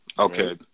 Okay